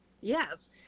Yes